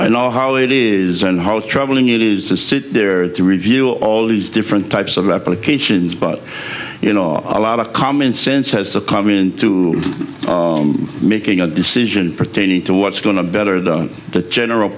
i know how it is and how troubling it is to sit there to review all these different types of applications but you know a lot of common sense has to come into making a decision pertaining to what's going on better than the general